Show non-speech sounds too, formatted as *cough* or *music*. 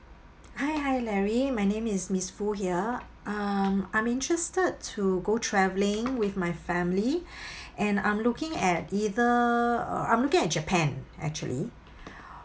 hi hi larry my name is miss foo here um I'm interested to go travelling with my family *breath* and I'm looking at either I'm looking at japan actually